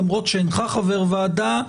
למרות שאינך חבר ועדה,